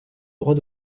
droit